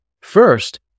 First